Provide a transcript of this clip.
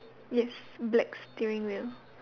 yes black steering wheel